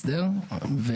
הנכים.